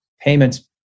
payments